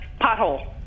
pothole